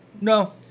No